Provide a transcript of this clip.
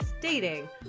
dating